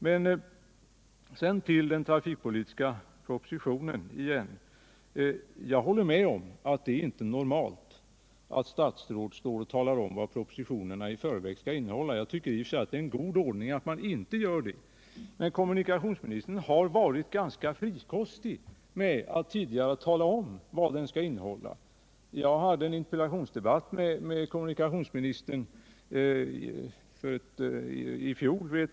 Sedan tillbaka till den trafikpolitiska propositionen. Jag håller med om att det inte är normalt att statsråd i förväg talar om vad propositionerna skall innehålla. Jag tycker att det är en god ordning att inte göra det. Men kommunikationsministern har varit ganska frikostig med att tidigare tala om vad de skall innehålla. Jag hade vid ett tillfälle i fjol en interpellationsdebatt med kommunikationsministern.